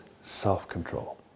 self-control